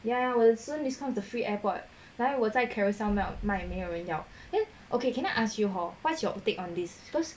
ya ya 有 the student discount with the free airpods 来我在 Carousell 卖卖没有人要 then okay can I ask you hor what's your take on this because